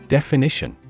Definition